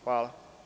Hvala.